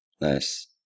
Nice